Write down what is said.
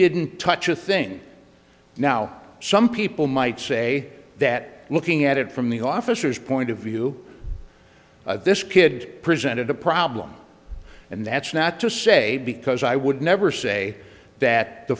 didn't touch a thing now some people might say that looking at it from the officers point of view this kid presented a problem and that's not to say because i would never say that the